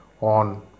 on